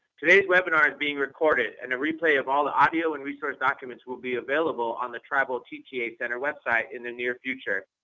today's webinar is being recorded and the replay of all the audio and resource documents will be available on the tribal tta center website in the near future.